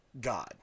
God